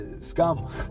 scum